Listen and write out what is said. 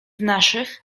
naszych